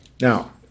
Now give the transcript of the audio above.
Now